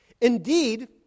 Indeed